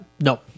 No